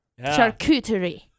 Charcuterie